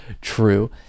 True